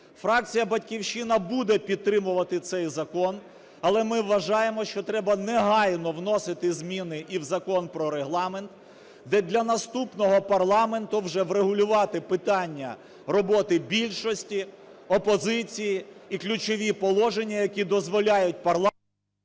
Фракція "Батьківщина" буде підтримувати цей закон. Але ми вважаємо, що треба негайно вносити зміни і в Закон про Регламент, де для наступного парламенту вже врегулювати питання роботи більшості опозиції і ключові положення, які дозволяють...